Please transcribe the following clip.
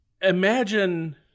imagine